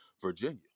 Virginia